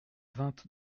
vingt